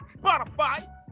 spotify